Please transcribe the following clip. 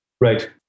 Right